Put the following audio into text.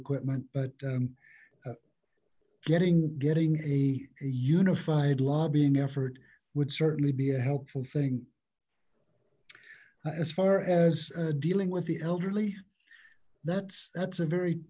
equipment but getting getting a unified lobbying effort would certainly be a helpful thing as far as dealing with the elderly that's that's a very